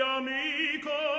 amico